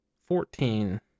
Fourteen